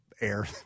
air